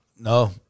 No